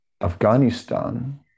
Afghanistan